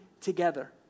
together